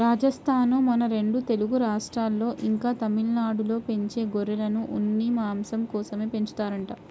రాజస్థానూ, మన రెండు తెలుగు రాష్ట్రాల్లో, ఇంకా తమిళనాడులో పెంచే గొర్రెలను ఉన్ని, మాంసం కోసమే పెంచుతారంట